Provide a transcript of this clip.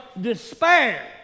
despair